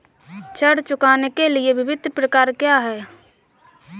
ऋण चुकाने के विभिन्न प्रकार क्या हैं?